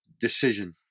decision